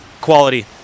quality